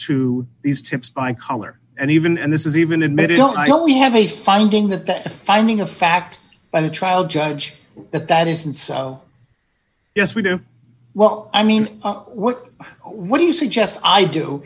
to these tips i collar and even and this is even admitted well we have a finding that the finding of fact by the trial judge that that isn't so yes we do well i mean what what do you suggest i do